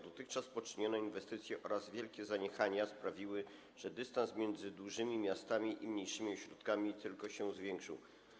Dotychczas poczynione inwestycje oraz wielkie zaniechania sprawiły, że dystans między dużymi miastami i mniejszymi ośrodkami tylko się zwiększył.